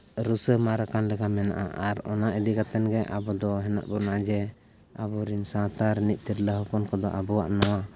ᱨᱩᱥᱟᱹ ᱢᱟᱨ ᱟᱠᱟᱱ ᱞᱮᱠᱟ ᱢᱮᱱᱟᱜᱼᱟ ᱟᱨ ᱟᱨ ᱚᱱᱟ ᱤᱫᱤ ᱠᱟᱛᱮᱫᱜᱮ ᱟᱵᱚᱫᱚ ᱦᱮᱱᱟᱜ ᱵᱚᱱᱟ ᱡᱮ ᱟᱵᱚᱨᱤᱱ ᱥᱟᱶᱛᱟ ᱨᱮᱱᱤᱡ ᱛᱤᱨᱞᱟᱹ ᱦᱚᱯᱚᱱ ᱠᱚᱫᱚ ᱟᱵᱚᱣᱟᱜ ᱱᱚᱣᱟ